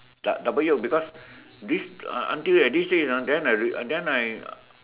double double Yolk because this until this day ah then I then I